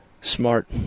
Smart